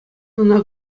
ӑна